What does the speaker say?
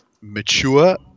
mature